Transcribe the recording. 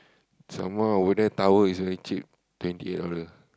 some more over there tower is very cheap twenty eight dollar